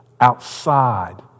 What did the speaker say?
outside